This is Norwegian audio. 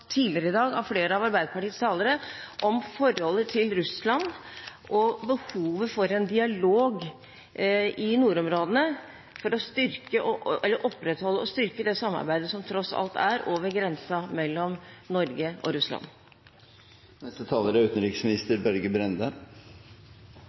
tidligere i dag av flere av Arbeiderpartiets talere om forholdet til Russland og behovet for en dialog i nordområdene for å opprettholde og styrke det samarbeidet som tross alt er over grensen mellom Norge og Russland.